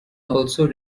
also